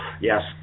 Yes